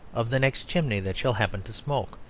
of the next chimney that shall happen to smoke,